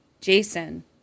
Jason